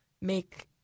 make